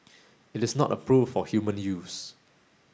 it is not approved for human use